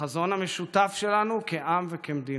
לחזון המשותף שלנו כעם וכמדינה.